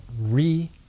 re-